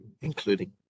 including